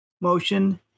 motion